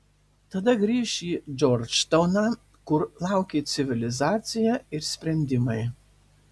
tada grįš į džordžtauną kur laukė civilizacija ir sprendimai